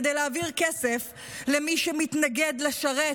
כדי להעביר כסף למי שמתנגד לשרת